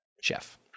Chef